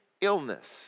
illness